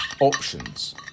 options